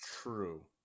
true